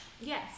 Yes